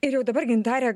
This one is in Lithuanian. ir jau dabar gintare